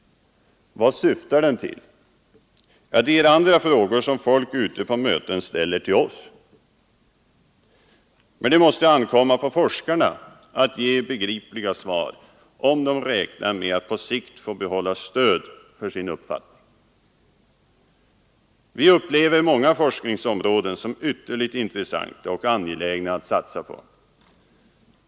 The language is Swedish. Vad syftar den till? Det är andra frågor som folk ute på möten ställer till oss. Det måste ankomma på forskarna att ge begripliga svar, om de räknar med att på sikt få behålla stöd för sin uppfattning. Vi upplever många forskningsområden som ytterligt intressanta och angelägna att satsa på.